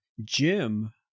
Jim